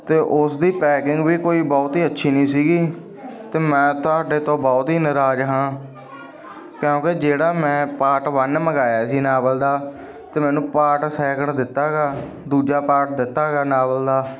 ਅਤੇ ਉਸਦੀ ਪੈਕਿੰਗ ਵੀ ਕੋਈ ਬਹੁਤ ਅੱਛੀ ਨਹੀਂ ਸੀਗੀ ਅਤੇ ਮੈਂ ਤੁਹਾਡੇ ਤੋਂ ਬਹੁਤ ਹੀ ਨਰਾਜ਼ ਹਾਂ ਕਿਉਂਕਿ ਜਿਹੜਾ ਮੈਂ ਪਾਰਟ ਵਨ ਮੰਗਵਾਇਆ ਸੀ ਨਾਵਲ ਦਾ ਅਤੇ ਮੈਨੂੰ ਪਾਰਟ ਸੈਕੰਡ ਦਿੱਤਾ ਗਾ ਦੂਜਾ ਪਾਰਟ ਦਿੱਤਾ ਗਾ ਨਾਵਲ ਦਾ